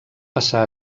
passar